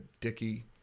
dicky